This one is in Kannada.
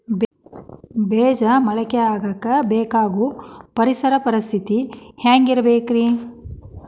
ಬೇಜ ಮೊಳಕೆಯಾಗಕ ಬೇಕಾಗೋ ಪರಿಸರ ಪರಿಸ್ಥಿತಿ ಹ್ಯಾಂಗಿರಬೇಕರೇ?